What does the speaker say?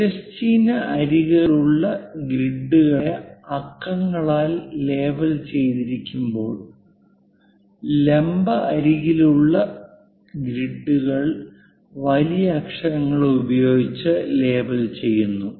തിരശ്ചീന അരികുകളിലുള്ള ഗ്രിഡുകളെ അക്കങ്ങളാൽ ലേബൽ ചെയ്തിരിക്കുമ്പോൾ ലംബ അരികുകളിലുള്ള ഗ്രിഡുകൾ വലിയക്ഷരങ്ങൾ ഉപയോഗിച്ച് ലേബൽ ചെയ്യുന്നു